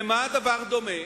למה הדבר דומה?